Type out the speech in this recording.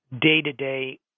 day-to-day